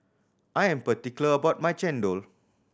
I am particular about my chendol